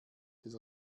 des